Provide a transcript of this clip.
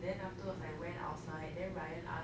then afterwards I went outside then ryan ask